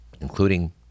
including